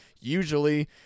usually